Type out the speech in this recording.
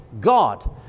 God